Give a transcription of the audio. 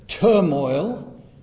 turmoil